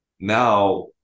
Now